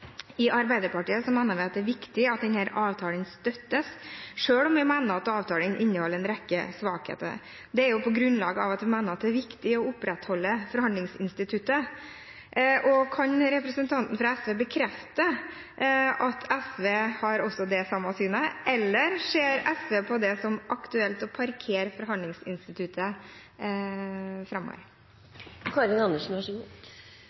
Arbeiderpartiet mener vi det er viktig at denne avtalen støttes, selv om vi mener at avtalen inneholder en rekke svakheter. Det er på grunn av at vi mener det er viktig å opprettholde forhandlingsinstituttet. Kan representanten fra SV bekrefte at SV har det samme synet, eller ser SV på det som aktuelt å parkere forhandlingsinstituttet framover?